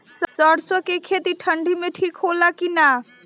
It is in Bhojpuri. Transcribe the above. सरसो के खेती ठंडी में ठिक होला कि ना?